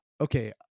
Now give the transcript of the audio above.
Okay